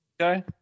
Okay